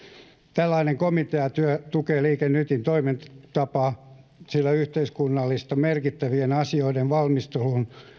tällainen komiteatyö tukee liike nytin toimintatapaa sillä yhteiskunnallisesti merkittävien asioiden valmisteluun